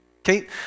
okay